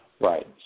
right